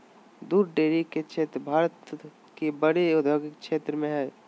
दूध डेरी के क्षेत्र भारत के बड़े औद्योगिक क्षेत्रों में हइ